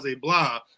blah